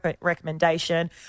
recommendation